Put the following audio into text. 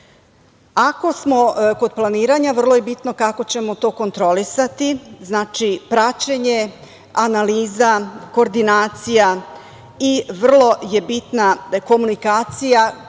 Ako smo kod planiranja, vrlo je bitno kako ćemo to kontrolisati. Znači, praćenje, analiza, koordinacija i vrlo je bitna komunikacija koja